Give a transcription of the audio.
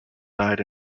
died